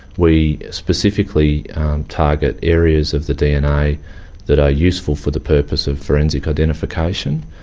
we specifically target areas of the dna that are useful for the purpose of forensic identification,